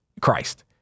Christ